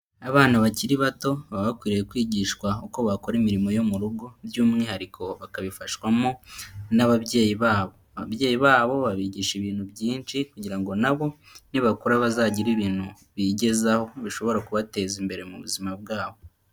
Abana bakiri bato baba bakwiriye kwigishwa uko bakora imirimo yo mu rugo by'umwihariko bakabifashwamo n'ababyeyi babo, ababyeyi babo babigisha ibintu byinshi kugira ngo nabo nibakura bazagire ibintu bigezaho bishobora kubateza imbere mu buzima bwabo.